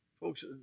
folks